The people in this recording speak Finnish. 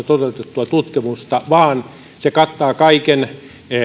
toteutettua tutkimusta vaan se kattaa kaiken